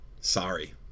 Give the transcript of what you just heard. sorry